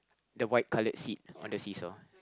the white colored seat on the seesaw